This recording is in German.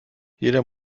jeder